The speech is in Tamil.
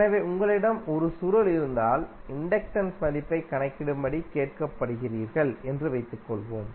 எனவே உங்களிடம் ஒரு சுருள் இருந்தால் இண்டக்டன்ஸ் மதிப்பைக் கண்டுபிடிக்கும்படி கேட்கப்படுகிறீர்கள் என்று வைத்துக்கொள்வோம்